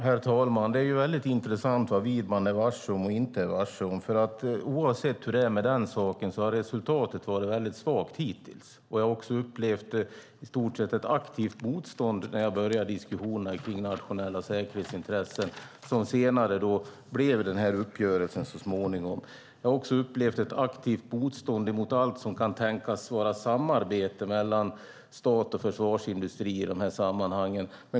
Herr talman! Det är väldigt intressant vad Widman är varse och inte är varse. Oavsett hur det är med den saken har resultatet varit väldigt svagt hittills. Jag har också upplevt ett aktivt motstånd när jag började diskussionen om nationella säkerhetsintressen, som så småningom blev den här uppgörelsen. Jag har också upplevt ett aktivt motstånd mot allt som kan tänkas vara samarbete mellan stat och försvarsindustri i de här sammanhangen.